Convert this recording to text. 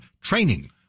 training